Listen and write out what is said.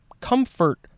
Comfort